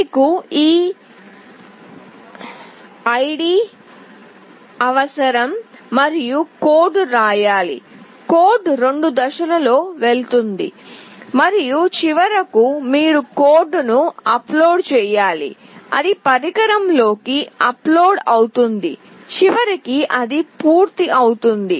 మీకు ఆ ఐడి అవసరం మరియు కోడ్ రాయాలి కోడ్ 2 దశల్లో వెళుతుంది మరియు చివరకు మీరు కోడ్ను అప్లోడ్ చేయాలి అది పరికరంలోకి అప్లోడ్ అవుతుంది చివరికి అది పూర్తవుతుంది